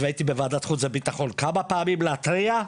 והייתי בוועדת חוץ וביטחון כמה פעמים להתריע.